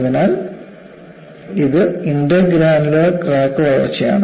അതിനാൽ ഇത് intergranular crack വളർച്ചയാണ്